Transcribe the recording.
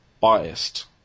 biased